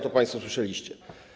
To państwo słyszeliście.